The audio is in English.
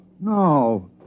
No